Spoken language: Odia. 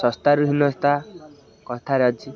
ଶସ୍ତାରୁ ହୀନସ୍ତା କଥାରେ ଅଛି